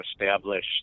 established